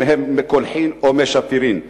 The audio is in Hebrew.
אם הם מי קולחים או מים שפירים.